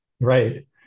Right